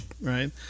right